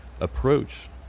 approach